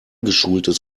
geschultes